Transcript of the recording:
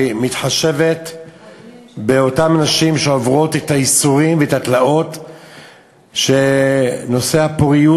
שמתחשבת באותן נשים שעוברות את הייסורים ואת התלאות בנושא הפוריות,